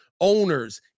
owners